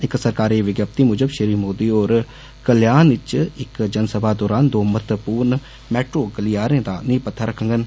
इक सरकारी विज्ञप्ति मुजब श्री मोदी होर कल्याण च इक जनसभा दौरान दौं महत्वपूर्ण मेट्रो गलियारें दा नींह पत्थर बी रक्खडन